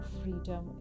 freedom